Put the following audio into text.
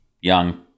young